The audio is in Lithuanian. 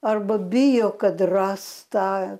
arba bijo kad ras tą